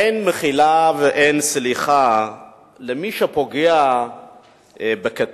אין מחילה ואין סליחה למי שפוגע בקטין,